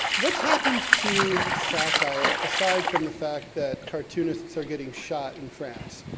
what's happened to satire, aside from the fact that cartoonists are getting shot in france?